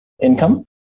income